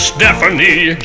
Stephanie